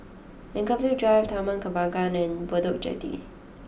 Anchorvale Drive Taman Kembangan and Bedok Jetty